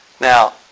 Now